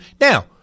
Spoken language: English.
Now